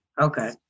Okay